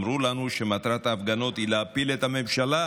אמרו לנו שמטרת ההפגנות היא להפיל את הממשלה